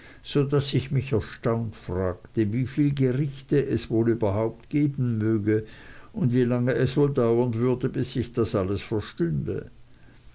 so daß ich mich erstaunt fragte wie viel gerichte es wohl überhaupt geben möge und wie lange es wohl dauern würde bis ich das alles verstünde